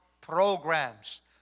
programs